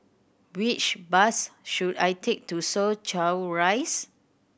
which bus should I take to Soo Chow Rise